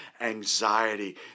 anxiety